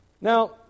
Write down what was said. Now